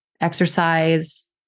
exercise